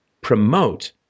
promote